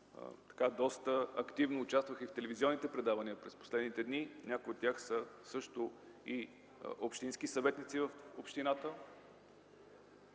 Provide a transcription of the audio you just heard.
доста активно участваха и в телевизионните предавания през последните дни, някои от тях са и общински съветници, също